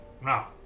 now